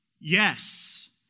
Yes